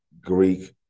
Greek